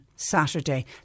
Saturday